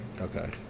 okay